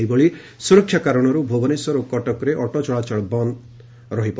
ସେହିଭଳି ସୁରକ୍ଷା କାରଣରୁ ଭୁବନେଶ୍ୱର ଓ କଟକରେ ଅଟୋ ଚଳାଚଳ ମଧ ବନ୍ଦ ରହିବ